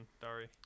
Dari